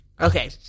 Okay